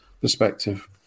perspective